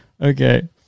Okay